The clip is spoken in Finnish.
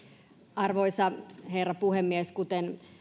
arvoisa herra puhemies kuten